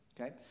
Okay